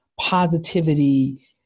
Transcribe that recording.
positivity